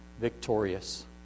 victorious